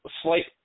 slight